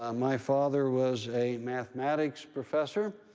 um my father was a mathematics professor.